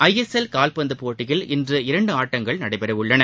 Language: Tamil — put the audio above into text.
ஐ எஸ் எல் கால்பந்துபோட்டியில் இன்று இரண்டுஆட்டங்கள் நடைபெறவுள்ளன